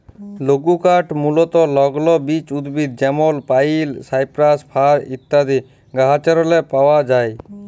লঘুকাঠ মূলতঃ লগ্ল বিচ উদ্ভিদ যেমল পাইল, সাইপ্রাস, ফার ইত্যাদি গাহাচেরলে পাউয়া যায়